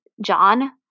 john